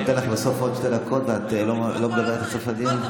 אני אתן לך בסוף עוד שתי דקות ואת לא מדברת עד סוף הדיון?